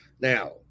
Now